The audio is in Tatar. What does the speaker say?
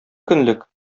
көнлек